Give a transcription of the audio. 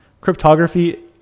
cryptography